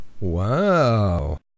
Wow